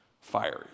fiery